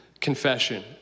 Confession